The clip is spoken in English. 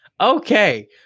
Okay